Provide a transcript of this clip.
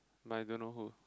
but I don't know who